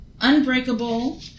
Unbreakable